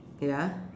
wait ah